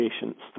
patients